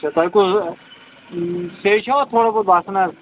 اچھا تۄہہِ کُس اوسوٕ پیچھ چھَوا تھوڑا بہت باسن حظ